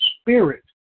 spirit